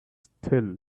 still